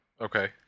Okay